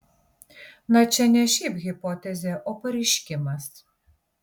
na čia ne šiaip hipotezė o pareiškimas